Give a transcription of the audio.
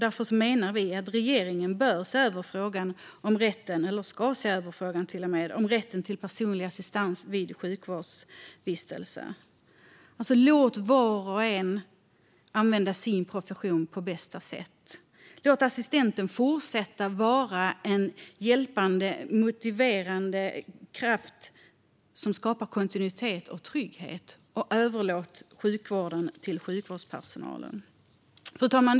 Därför menar vi att regeringen ska se över frågan om rätten till personlig assistens vid sjukhusvistelse. Låt var och en använda sin profession på bästa sätt! Låt därför assistenten fortsätta att vara en hjälpande, motiverande kraft som skapar kontinuitet och trygghet, och överlåt sjukvården till sjukvårdspersonalen. Fru talman!